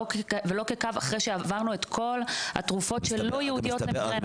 כקו אחרי שעברנו את כל התרופות שלא ייעודיות למיגרנה.